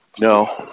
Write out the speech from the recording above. No